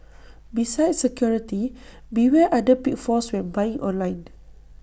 besides security beware other pitfalls when buying online